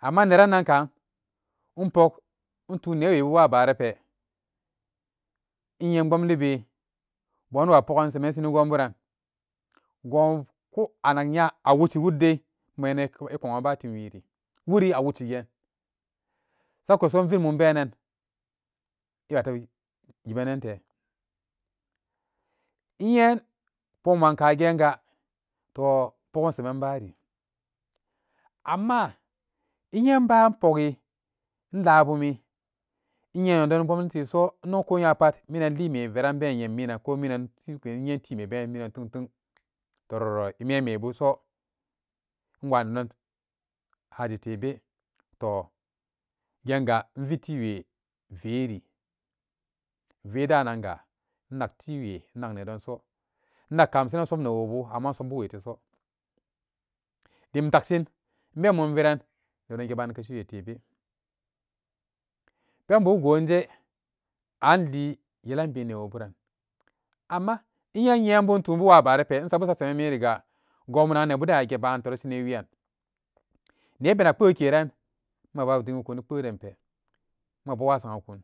amma nerannankaan inpok intun neewebu waa baarape inyepbomlibe boniwa pogan semensin e gonburan gonbu ko anak nya a washi wuddai anyenan iko-iko'an batim wiiri wuri a wushi geen sakuso inui mum beenan iyate yibenante inye pokman kagenga toh pogum semen baari amma inyen inbaa inpogi inlaabumi inye nedo ni pbomliteso inno ko nyapat minanli mee veran ben yem minan ko miinan inpok inye timeben minan tengteng tororo ememebuso inwa nedon haji teebe toh genga invitiiwe ven vee daanga innak tiwe innak needon so innakka masanan insop newobu amma insopbuweteso dim takshin inbe mum virannedon gee baani keshiwe tebe penbu gonjz anlii yelan bii nnewo buran amma innye inyebu intuubu waa baarape insabu semen mii niga gonbu nagan nebuden ingeban torishin e wiiyaan ne mera kpeu keran maba diyikun ekpeudenpe.